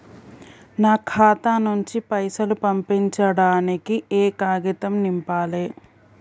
నా ఖాతా నుంచి పైసలు పంపించడానికి ఏ కాగితం నింపాలే?